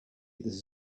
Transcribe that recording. this